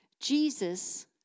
Jesus